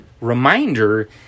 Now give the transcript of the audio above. reminder